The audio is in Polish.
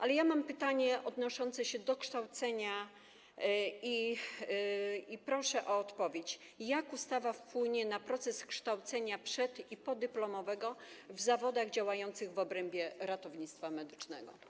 Ale ja mam pytanie odnoszące się do kształcenia i proszę o odpowiedź: Jak ustawa wpłynie na proces kształcenia przed- i podyplomowego w zawodach działających w obrębie ratownictwa medycznego?